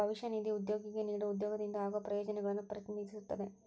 ಭವಿಷ್ಯ ನಿಧಿ ಉದ್ಯೋಗಿಗೆ ನೇಡೊ ಉದ್ಯೋಗದಿಂದ ಆಗೋ ಪ್ರಯೋಜನಗಳನ್ನು ಪ್ರತಿನಿಧಿಸುತ್ತದೆ